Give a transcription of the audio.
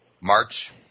March